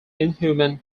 inhuman